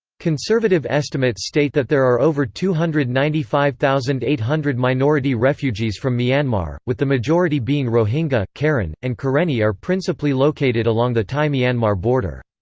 conservative estimates state that there are over two hundred and ninety five thousand eight hundred minority refugees from myanmar, with the majority being rohingya, karen, and karenni are principally located along the thai-myanmar border.